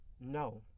No